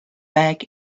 back